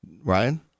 Ryan